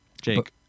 Jake